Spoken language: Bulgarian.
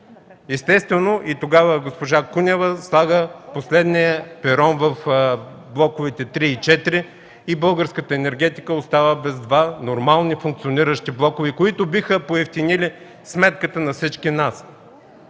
Естествено и тогава госпожа Кунева слага последния пирон в блоковете ІІІ и ІV и българската енергетика остава без два нормални функциониращи блока, които биха поевтинили сметката на всички нас.